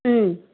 ఆ